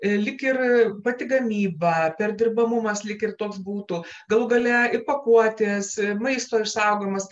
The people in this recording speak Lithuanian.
lyg ir pati gamyba perdirbamumas lyg ir toks būtų galų gale ir pakuotės maisto išsaugomas